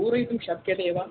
पूरयितुं शक्यते वा